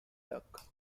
duck